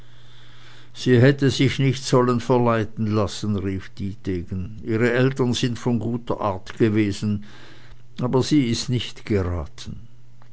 sie hätte sich nicht sollen verleiten lassen rief dietegen ihre eltern sind von guter art gewesen aber sie ist nicht geraten